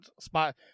spot